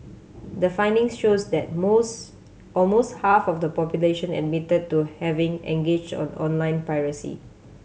the findings shows that most almost half of the population admitted to having engaged on online piracy